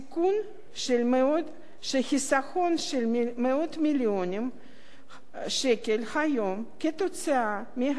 שחיסכון של מאות מיליוני שקל היום כתוצאה מהפסקת